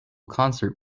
concert